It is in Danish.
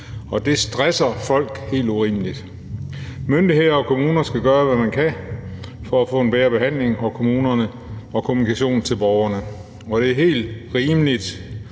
og det stresser folk helt urimeligt. Myndigheder og kommuner skal gøre, hvad de kan, for at sikre en bedre behandling og en bedre kommunikation til borgerne, og det er helt rimeligt,